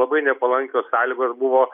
labai nepalankios sąlygos buvo